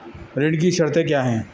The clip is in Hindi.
ऋण की शर्तें क्या हैं?